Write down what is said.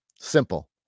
simple